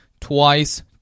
twice